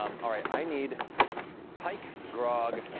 um all right, i need pike, grog